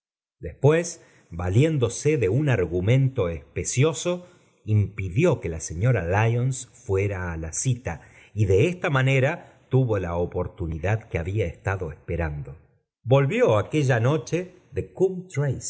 después valiéndome de un argumento especioso impidió que la señora lyons fuera á la cita y de esta manera tuvo lu oportunidad que había estado esperando volvió aquella noche de